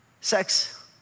Sex